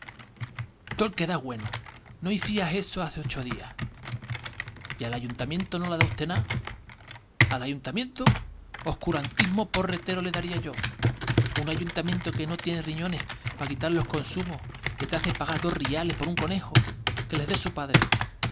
es güeno no icías eso hace ocho días y al ayuntamiento no l'a dao osté nada al ayuntamiento p oscurantismo porretero le daría yo un ayuntamiento que no tiene riñones pa quitar los consumos que te hace pagar dos riales por un conejo que les dé su padre